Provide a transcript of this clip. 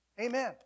Amen